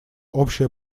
общее